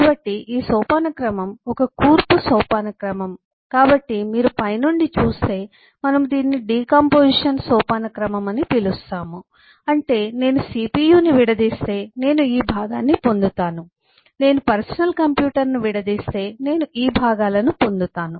కాబట్టి ఈ సోపానక్రమం ఒక కూర్పు సోపానక్రమం కాబట్టి మీరు పైనుండి చూస్తే మనము దీనిని డికాంపొజిషన్ సోపానక్రమం అని పిలుస్తాము అంటే నేను CPU ని విడదీస్తే నేను ఈ భాగాన్ని పొందుతాను నేను పర్సనల్ కంప్యూటర్ను విడదీస్తే నేను ఈ భాగాలను పొందుతాను